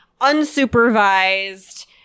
unsupervised